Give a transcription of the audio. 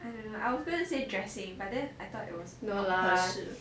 I don't know I was going to say dressing but then I thought it was not 合适